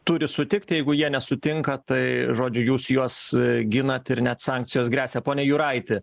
turi sutikti jeigu jie nesutinka tai žodžiu jūs juos ginat ir net sankcijos gresia pone juraiti